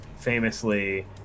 famously